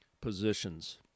positions